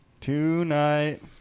Tonight